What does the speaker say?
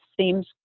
seems